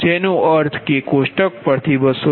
જેનો અર્થ કે કોષ્ઠક પરથી 266